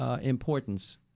importance